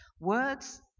words